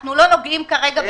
אנחנו לא נוגעים בה כרגע.